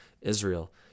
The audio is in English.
Israel